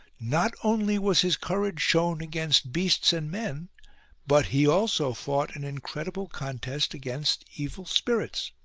not only was his courage shown against beasts and men but he also fought an incredible contest against evil spirits.